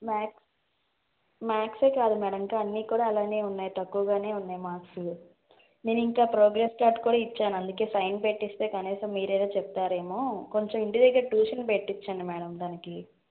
maths మ్యాథ్సే కాదు madam ఇంకా అన్ని కూడా అలానే ఉన్నాయి తక్కువగానే ఉన్నాయి మార్క్స్లు నేనింకా ప్రోగ్రెస్ కార్డ్ కూడా ఇచ్చాను అందుకే సైన్ పెట్టిస్తే కనీసం మీరైనా చెప్తారేమో కొంచెం ఇంటి దగ్గర ట్యూషన్ పెట్టించండి మేడం తనకి